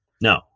No